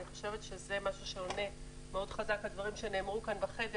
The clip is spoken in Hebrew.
אני חושבת שזה משהו שעונה מאוד חזק על דברים שנאמרו כאן בחדר,